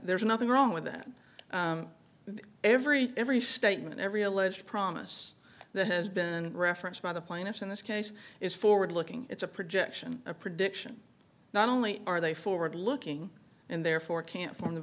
there's nothing wrong with that every every statement every alleged promise that has been referenced by the plaintiffs in this case is forward looking it's a projection a prediction not only are they forward looking and therefore can't form the